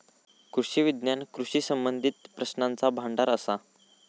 कृषी विज्ञान कृषी संबंधीत प्रश्नांचा भांडार असा